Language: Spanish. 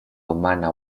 humana